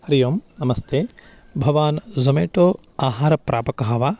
हरिः ओम् नमस्ते भवान् ज़ोमेटो आहारप्रापकः वा